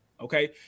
Okay